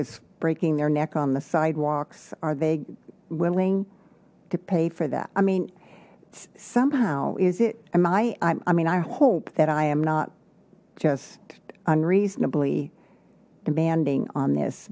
is breaking their neck on the sidewalks are they willing to pay for that i mean somehow is it am i i mean i hope that i am not just unreasonably demanding on this